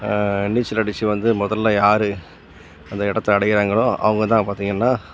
நீச்சல் அடிச்சு வந்து முதல்ல யார் அந்த இடத்த அடைகிறாங்களோ அவங்கதான் பார்த்தீங்கன்னா